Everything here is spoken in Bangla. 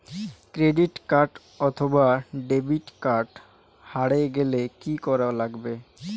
ক্রেডিট কার্ড অথবা ডেবিট কার্ড হারে গেলে কি করা লাগবে?